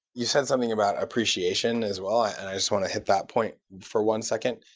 you said something about appreciation as well, and i just want to hit that point for one second.